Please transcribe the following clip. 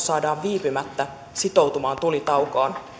saadaan viipymättä sitoutumaan tulitaukoon